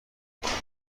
خواهید